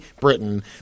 Britain